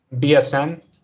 bsn